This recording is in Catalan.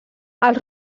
els